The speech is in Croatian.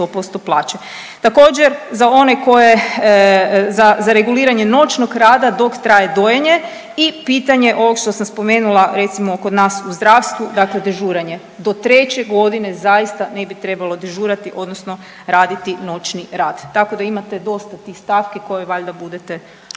100% plaće. Također za one koje, za, za reguliranje noćnog rada dok traje dojenje i pitanje ovog što sam spomenula recimo kod nas u zdravstvu dakle dežuranje, do treće godine zaista ne bi trebalo dežurati odnosno raditi noćni rad, tako da imate dosta tih stavki koje valjda budete